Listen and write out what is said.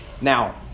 Now